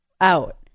out